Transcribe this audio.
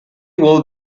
would